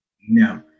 No